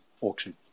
auction